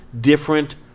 different